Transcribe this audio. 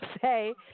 say